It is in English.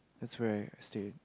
that's right I said